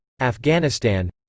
Afghanistan